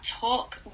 Talk